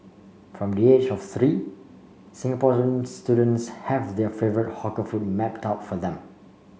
from the age of three Singaporeans students have their favourite hawker food mapped out for them